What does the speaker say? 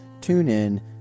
TuneIn